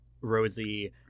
Rosie